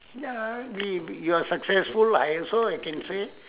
ya we you are successful I also I can say